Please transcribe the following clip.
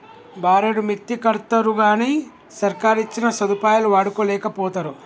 బారెడు మిత్తికడ్తరుగని సర్కారిచ్చిన సదుపాయాలు వాడుకోలేకపోతరు